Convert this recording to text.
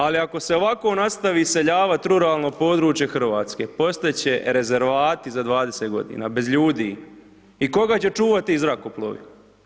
Ali ako se ovako nastavi iseljavati ruralno područje RH, postati će rezervoati za 20 godina, bez ljudi i koga će čuvati ti zrakoplovi?